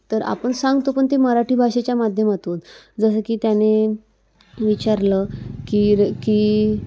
तर आपण सांगतो पण ते मराठी भाषेच्या माध्यमातून जसं की त्याने विचारलं की र की